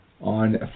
on